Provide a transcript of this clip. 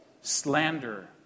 slander